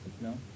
No